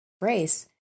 race